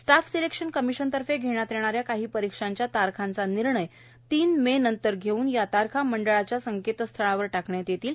staff selection कमीशनतर्फे घेण्यात येणाऱ्या काही परिक्षांच्या तारखांचा निर्णय तीन मे नंतर घेऊन या तारखा मंडळाच्या संकेतस्थळावर टाकण्यात येतील